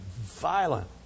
violent